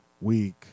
week